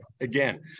Again